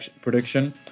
prediction